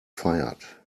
fired